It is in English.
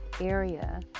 area